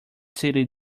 city